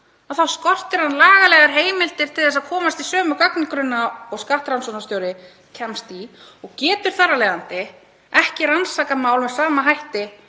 þá skortir hann lagalegar heimildir til þess að komast í sömu gagnagrunna og skattrannsóknarstjóri kemst í og getur þar af leiðandi ekki rannsakað mál með sama hætti